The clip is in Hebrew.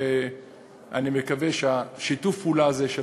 ואני מקווה ששיתוף הפעולה הזה של